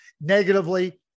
negatively